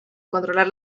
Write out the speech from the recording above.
controlar